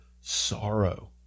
sorrow